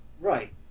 right